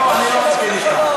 לא נכון, לא, אני לא מסכים אתך.